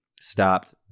stopped